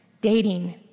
dating